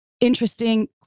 interesting